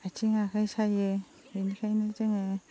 आथिं आखाइ सायो बिनिखायनो जोङो